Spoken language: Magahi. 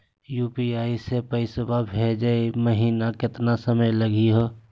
यू.पी.आई स पैसवा भेजै महिना केतना समय लगही हो?